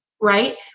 Right